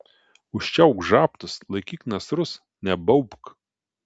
užčiaupk žabtus laikyk nasrus nebaubk